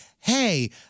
hey